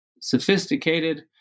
sophisticated